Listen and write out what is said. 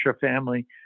family